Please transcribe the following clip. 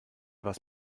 was